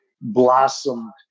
blossomed